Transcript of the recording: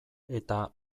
eta